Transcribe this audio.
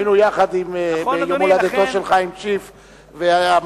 היינו יחד ביום הולדתו של חיים שיף המנוח,